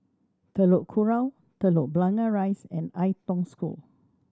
Telok Kurau Telok Blangah Rise and Ai Tong School